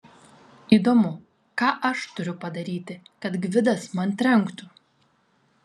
įdomu ką aš turiu padaryti kad gvidas man trenktų